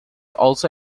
also